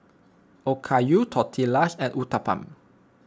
Okayu Tortillas and Uthapam